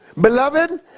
Beloved